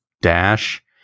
dash